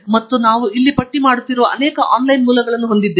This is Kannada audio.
ಮತ್ತು ನಾವು ಇಲ್ಲಿ ಪಟ್ಟಿ ಮಾಡುತ್ತಿರುವ ಅನೇಕ ಆನ್ಲೈನ್ ಮೂಲಗಳನ್ನು ನಾವು ಹೊಂದಿದ್ದೇವೆ